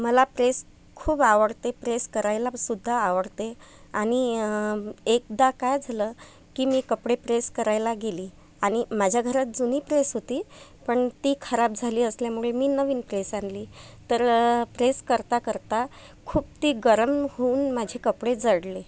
मला प्रेस खूप आवडते प्रेस करायलासुद्धा आवडते आणि एकदा काय झालं की मी कपडे प्रेस करायला गेले आणि माझ्या घरात जुनी प्रेस होती पण ती खराब झाली असल्यामुळे मी नवीन प्रेस आणली तर प्रेस करता करता खूप ती गरम होऊन माझे कपडे जळले